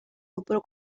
kopuru